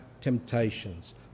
temptations